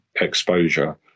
exposure